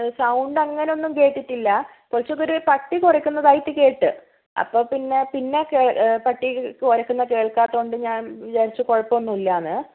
sound അങ്ങനെയൊന്നും കേട്ടിട്ടില്ല പക്ഷേ കുര പട്ടി കുരയ്ക്കുന്നതായിട്ട് കേട്ടു അപ്പോൾ പിന്നെ പിന്നെ കേ പട്ടി കുരയ്ക്കുന്നത് കേൾക്കാത്തതുകൊണ്ട് ഞാൻ വിചാരിച്ചു കുഴപ്പം ഒന്നും ഇല്ല എന്ന്